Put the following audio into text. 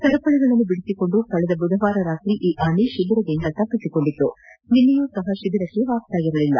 ಸರಪಳಗಳನ್ನು ಬಿಡಿಸಿಕೊಂಡು ಕಳೆದ ಬುಧವಾರ ರಾತ್ರಿ ಈ ಆನೆ ಶಿಬಿರದಿಂದ ತಪ್ಪಿಸಿಕೊಂಡಿತ್ತು ನಿನ್ನೆಯೂ ಸಹ ಶಿಬಿರಕ್ಕೆ ವಾಪಾಸಾಗಿರಲಿಲ್ಲ